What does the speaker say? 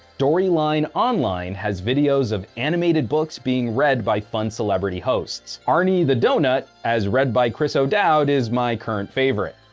storyline online has videos of animated books being read by fun celebrity hosts. arnie the doughnut as read by chris odoud is my personal favorite.